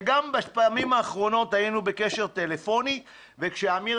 וגם בפעמים האחרונות היינו בקשר טלפוני וכשאמיר